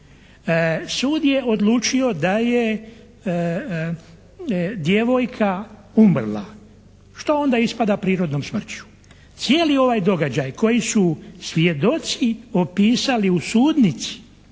Sud je odlučio da je djevojka umrla što onda ispada prirodnom smrću. Cijeli ovaj događaj koji su svjedoci opisali u sudnici